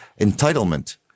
entitlement